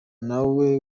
nawe